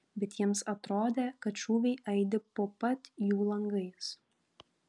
bet jiems atrodė kad šūviai aidi po pat jų langais